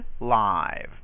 live